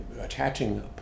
attaching